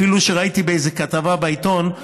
אפילו שראיתי באיזו כתבה בעיתון.